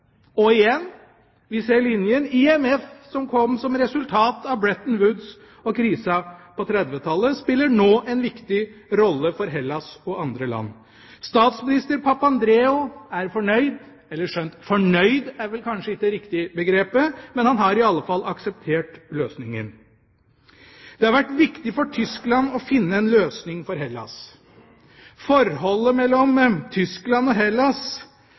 Og igjen ser vi linja: IMF, som kom som resultat av Bretton Woods og krisa på 1930-tallet, spiller nå en viktig rolle for Hellas og andre land. Statsminister Papandreou er fornøyd – skjønt fornøyd er vel kanskje ikke riktig begrep, men han har i alle fall akseptert løsningen. Det har vært viktig for Tyskland å finne en løsning for Hellas. Forholdet mellom Tyskland og Hellas